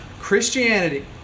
Christianity